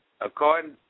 according